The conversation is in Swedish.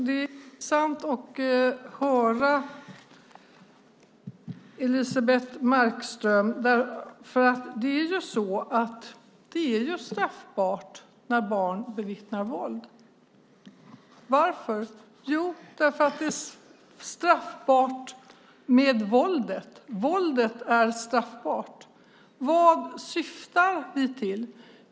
Herr talman! Det är intressant att höra Elisebeht Markström. Det är straffbart när barn bevittnar våld. Varför? Jo, för att våldet är straffbart. Vad vill vi?